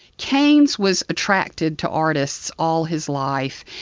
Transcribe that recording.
keynes was attracted to artists all his life,